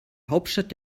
hauptstadt